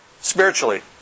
Spiritually